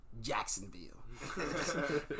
Jacksonville